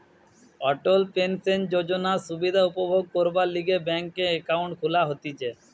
অটল pension যোজনার সুবিধা উপভোগ করবার লিগে ব্যাংকে একাউন্ট খুলা হতিছে